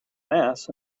mass